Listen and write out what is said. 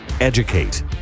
educate